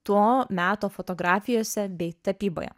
to meto fotografijose bei tapyboje